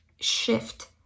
shift